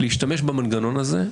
להשתמש במנגנון הזה,